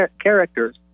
characters